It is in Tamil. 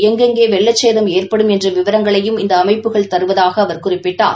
எங்கெங்கே வெள்ளச்சேதம் ஏற்படும் என்ற விவரங்களையும் இந்த அமைப்புகள் தருவதாக அவர் குறிப்பிட்டார்